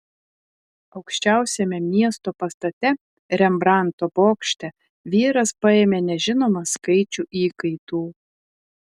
aukščiausiame miesto pastate rembrandto bokšte vyras paėmė nežinomą skaičių įkaitų